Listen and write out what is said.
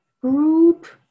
group